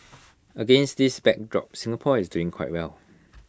against this backdrop Singapore is doing quite well